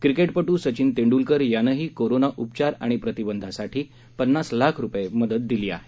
क्रिकेटपटू सचिन तेंडुलकर यानेही कोरोना उपचार आणि प्रतिबंधासाठी पन्नास लाख रुपये मदत दिली आहे